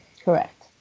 Correct